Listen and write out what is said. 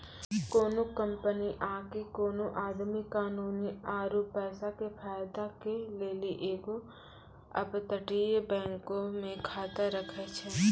कोनो कंपनी आकि कोनो आदमी कानूनी आरु पैसा के फायदा के लेली एगो अपतटीय बैंको मे खाता राखै छै